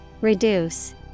reduce